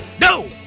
No